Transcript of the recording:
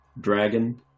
dragon